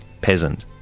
Peasant